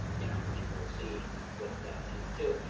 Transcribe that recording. you know people will see with season two,